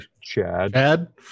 Chad